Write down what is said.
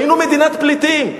היינו מדינת פליטים,